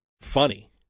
funny